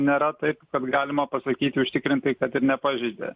nėra taip kad galima pasakyti užtikrintai kad ir nepažeidė